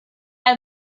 have